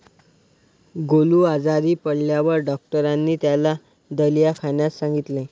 गोलू आजारी पडल्यावर डॉक्टरांनी त्याला दलिया खाण्यास सांगितले